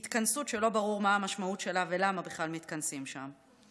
התכנסות שלא ברור מה המשמעות שלה ולמה בכלל מתכנסים שם,